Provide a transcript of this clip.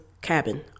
cabin